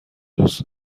دوست